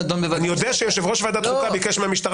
אני יודע שיושב ראש ועדת חוקה ביקש מהמשטרה